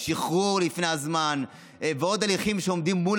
שחרור לפני הזמן ועוד הליכים שעומדים מול